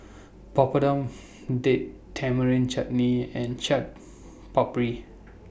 Papadum Date Tamarind Chutney and Chaat Papri